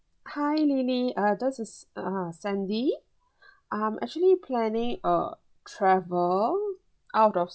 hi lily uh this is uh sandy I'm actually planning a travel out of